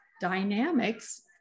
dynamics